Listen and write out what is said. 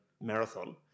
Marathon